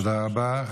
תודה רבה.